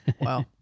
Wow